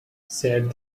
said